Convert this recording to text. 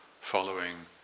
following